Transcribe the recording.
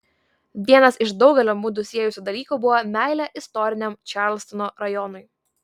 vienas iš daugelio mudu siejusių dalykų buvo meilė istoriniam čarlstono rajonui